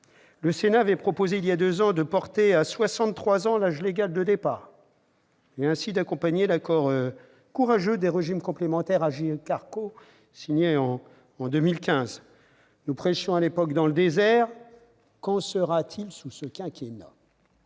le Sénat avait proposé de porter à 63 ans l'âge légal de départ, et d'accompagner ainsi l'accord courageux des régimes complémentaires AGIRC-ARRCO signé en 2015. Nous prêchions à l'époque dans le désert. Qu'en sera-t-il sous ce quinquennat ?